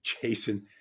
Jason